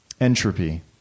Entropy